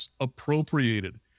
appropriated